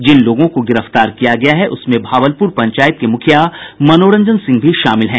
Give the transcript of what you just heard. जिन लोगों को गिरफ्तार किया गया है उसमें भावलपुर पंचायत के मुखिया मनोरंजन सिंह भी शामिल हैं